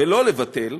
ולא לבטל,